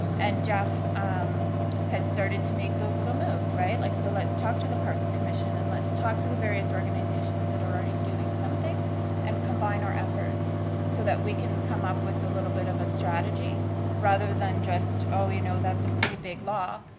and jeff has started to make those little moves, right? like so let's talk to the parks commission and let's talk to the various organizations that are already doing something and combine our efforts so that we can come up with a little bit of a strategy rather than just, oh, we you know that's a pretty big law.